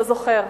אתה זוכר.